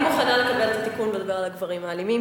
אני מוכנה לקבל את התיקון ולדבר על הגברים האלימים,